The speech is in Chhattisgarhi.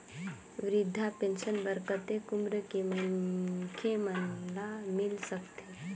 वृद्धा पेंशन बर कतेक उम्र के मनखे मन ल मिल सकथे?